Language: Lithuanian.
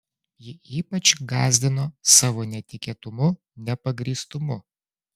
ji ypač gąsdino savo netikėtumu nepagrįstumu